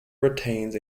retains